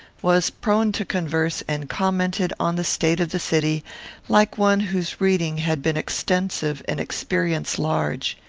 was prone to converse, and commented on the state of the city like one whose reading had been extensive and experience large.